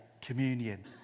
communion